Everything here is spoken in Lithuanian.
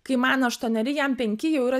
kai man aštuoneri jam penki jau yra